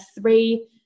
three